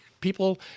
people –